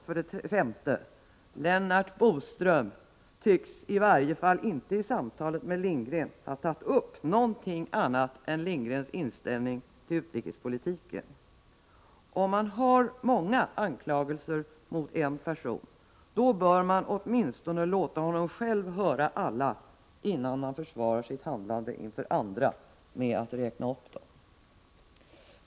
För det femte: Lennart Bodström tycks i varje fall inte i samtalet med Lindgren ha tagit upp någonting annat än Lindgrens inställning till utrikespolitiken. Om man har många anklagelser mot en person, bör man åtminstone låta honom själv höra alla innan man inför andra försvarar sitt handlande med att räkna upp dem.